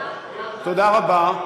תודה רבה.